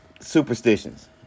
superstitions